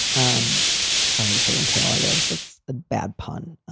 i'm sorry to say, until i realize that's a bad pun,